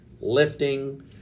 lifting